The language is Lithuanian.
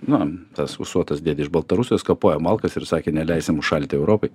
na tas ūsuotas dėdė iš baltarusijos kapoja malkas ir sakė neleisim užšalti europai